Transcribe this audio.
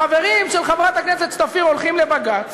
החברים של חברת הכנסת שפיר הולכים לבג"ץ